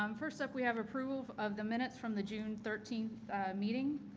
um first up we have approval of the minutes from the june thirteenth meeting.